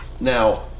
Now